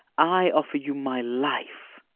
i offer you my life